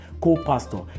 co-pastor